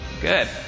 good